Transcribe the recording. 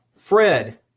Fred